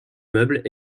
meubles